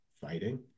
fighting